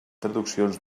traduccions